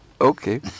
Okay